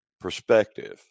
perspective